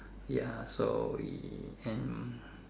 ya so and